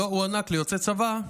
הוא לא הוענק ליוצא צבא,